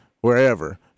wherever